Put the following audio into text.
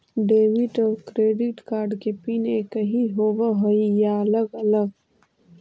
Debit और credit card के PIN एकही होव हइ या अलग अलग?